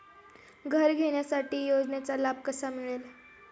घर घेण्यासाठी योजनेचा लाभ कसा मिळेल?